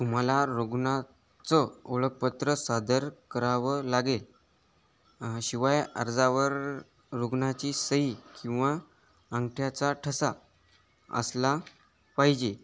तुम्हाला रुग्णाचं ओळखपत्र सादर करावं लागेल शिवाय अर्जावर रुग्णाची सही किंवा अंगठ्याचा ठसा असला पाहिजे